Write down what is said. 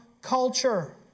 culture